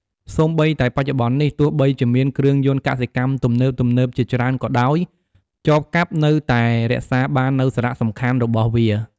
សូម្បីតែបច្ចុប្បន្ននេះ ទោះបីជាមានគ្រឿងយន្តកសិកម្មទំនើបៗជាច្រើនក៏ដោយ ចបកាប់នៅតែរក្សាបាននូវសារៈសំខាន់របស់វា។